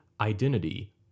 identity